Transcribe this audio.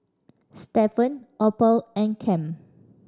Stephan Opal and Cam